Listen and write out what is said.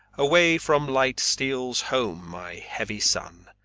away from light steals home my heavy son,